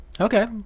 okay